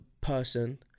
person